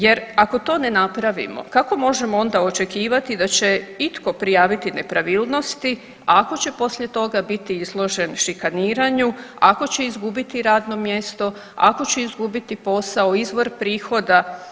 Jer ako to ne napravimo, kako možemo onda očekivati da će itko prijaviti nepravilnosti ako će poslije toga biti izložen šikaniranju, ako će izgubiti radno mjesto, ako će izgubiti posao, izvor prihoda?